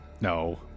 No